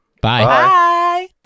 Bye